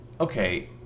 Okay